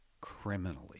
criminally